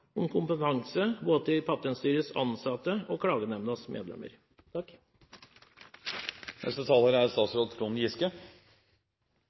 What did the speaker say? om kompetanse både til Patentstyrets ansatte og Klagenemndas medlemmer. Den gjeldende styreloven er